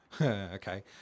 Okay